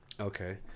okay